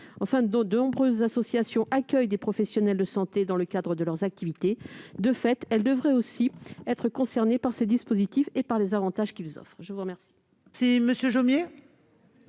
Enfin, de nombreuses associations accueillent des professionnels de santé dans le cadre de leurs activités ; de fait, elles devraient être concernées par ces dispositifs et par les avantages qu'ils offrent. La parole